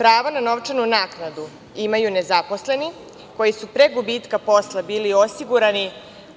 Pravo na novčanu naknadu imaju nezaposleni koji su pre gubitka posla bili osigurani